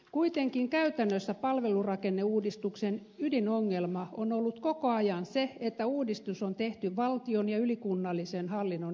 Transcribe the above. kuitenkin käytännössä palvelurakenneuudistuksen ydinongelma on ollut koko ajan se että uudistus on tehty valtion ja ylikunnallisen hallinnon näkökulmasta